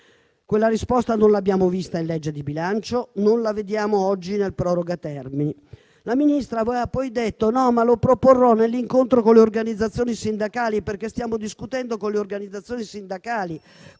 Quella risposta non l'abbiamo vista in legge di bilancio né la vediamo oggi nel proroga termini. La Ministra ha poi detto che lo avrebbe fatto nell'incontro con le organizzazioni sindacali, perché si sta discutendo con loro: avrebbe